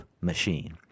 machine